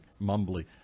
mumbly